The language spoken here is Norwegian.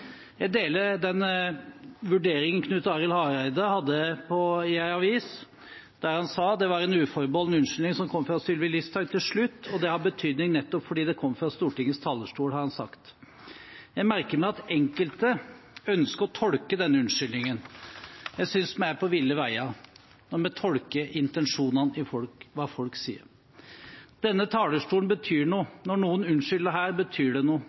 Jeg deler den vurderingen Knut Arild Hareide hadde i en avis, der han sa: «Så var det en uforbeholden unnskyldning som kom fra Sylvi Listhaug til slutt, og det har betydning nettopp fordi det kom fra Stortingets talerstol.» Jeg merker meg at enkelte ønsker å tolke denne unnskyldningen. Jeg synes vi er på ville veier når vi tolker intensjonene i hva folk sier. Denne talerstolen betyr noe. Når noen unnskylder her, betyr det noe.